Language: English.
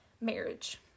marriage